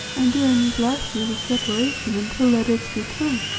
and during these last years of separation, until thou didst return.